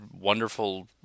wonderful